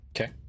Okay